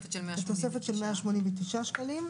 תוספת של 189. תוספת של 189 שקלים.